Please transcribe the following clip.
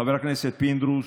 חבר הכנסת פינדרוס,